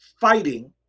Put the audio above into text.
fighting